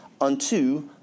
unto